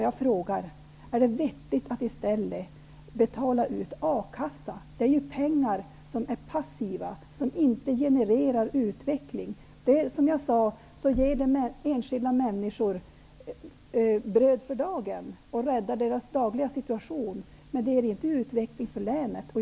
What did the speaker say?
Jag frågar: Är det vettigt att i stället betala ut ersättning från A kassan? Det är ju pengar som är passiva, som inte genererar utveckling. Som jag sade ger det enskilda människor bröd för dagen och räddar deras dagliga situation, men det ger inte utveckling för länet.